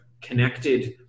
connected